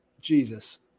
Jesus